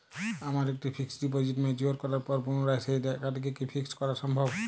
আমার একটি fixed deposit mature করার পর পুনরায় সেই টাকাটিকে কি ফিক্সড করা সম্ভব?